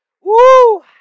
Woo